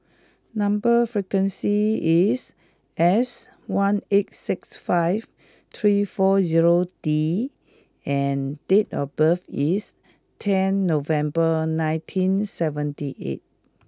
number sequence is S one eight six five three four zero D and date of birth is ten November nineteen seventy eight